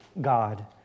God